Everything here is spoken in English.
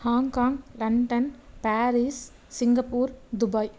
Hong Kong London Paris Singapore Dubai